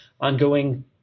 ongoing